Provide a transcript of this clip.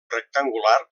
rectangular